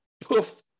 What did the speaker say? poof